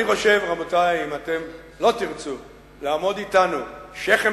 אני חושב שאם אתם לא תרצו לעמוד אתנו שכם